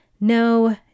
No